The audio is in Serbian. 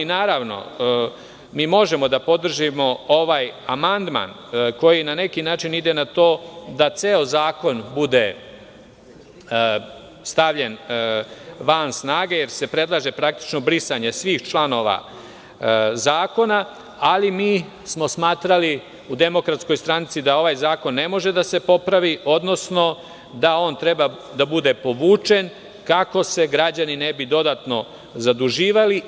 Naravno, mi možemo da podržimo ovaj amandman koji na neki način ide na to da ceo zakon bude stavljen van snage, jer se praktično predlaže brisanje svih članova zakona, ali smo smatrali u DS da ovaj zakon ne može da se popravi, odnosno da on treba da bude povučen, kako se građani ne bi dodatno zaduživali.